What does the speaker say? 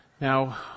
Now